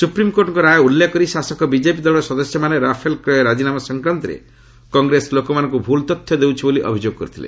ସୁପ୍ରିମକୋର୍ଟଙ୍କ ରାୟ ଉଲ୍ଲେଖ କରି ଶାସକ ବିଜେପି ଦଳର ସଦସ୍ୟମାନେ ରାଫେଲ କ୍ରୟ ରାଜିନାମା ସଂକ୍ରାନ୍ତରେ କଂଗ୍ରେସ ଲୋକମାନଙ୍କୁ ଭୁଲ୍ ତଥ୍ୟ ଦେଉଛି ବୋଲି ଅଭିଯୋଗ କରିଥିଲେ